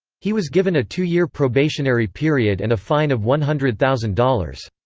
he was given a two-year probationary period and a fine of one hundred thousand dollars.